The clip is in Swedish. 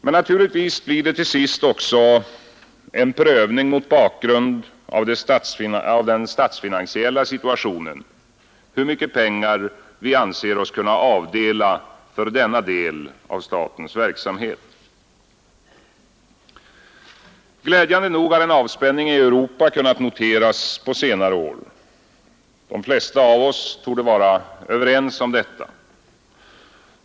Men naturligtvis blir det till sist också en prövning mot bakgrund av den statsfinansiella situationen — hur mycket pengar vi anser oss kunna avdela för denna del av statens verksamhet. Glädjande nog har en avspänning i Europa kunnat noteras på senare år. De flesta av oss torde vara överens om detta.